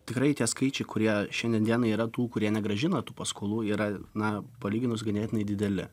tikrai tie skaičiai kurie šiandien dienai yra tų kurie negrąžina tų paskolų yra na palyginus ganėtinai dideli